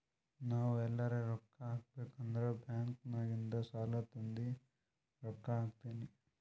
ನಾವ್ ಎಲ್ಲಾರೆ ರೊಕ್ಕಾ ಹಾಕಬೇಕ್ ಅಂದುರ್ ಬ್ಯಾಂಕ್ ನಾಗಿಂದ್ ಸಾಲಾ ತಂದಿ ರೊಕ್ಕಾ ಹಾಕ್ತೀನಿ